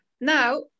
Now